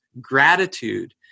Gratitude